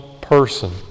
person